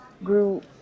grew